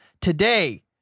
Today